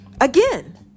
again